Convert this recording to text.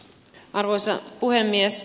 arvoisa puhemies